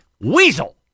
Weasel